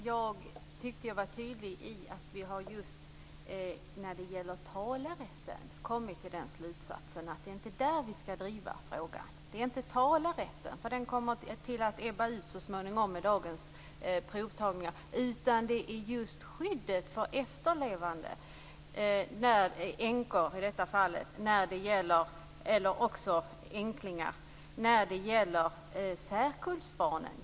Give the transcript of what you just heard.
Fru talman! Jag tycker att jag varit tydlig om att vi har kommit fram till slutsatsen att vi inte skall driva frågan när det gäller talerätten. Frågan om talerätten kommer att ebba ut så småningom med de provtagningsmetoder som i dag finns. Vi har upptäckt en problematik avseende skyddet för efterlevande, änkor eller änklingar, när det gäller särkullbarnen.